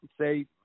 say